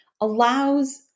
allows